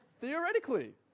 theoretically